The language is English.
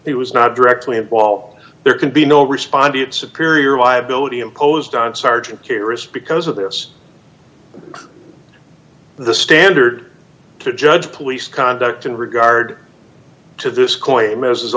he was not directly involved there can be no responded superior liability imposed on sergeant dearest because of this the standard to judge police conduct in regard to this c